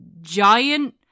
giant